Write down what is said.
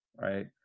right